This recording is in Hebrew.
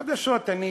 חדשות, אני